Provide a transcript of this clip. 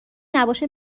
نباشه